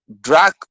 drug